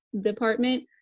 department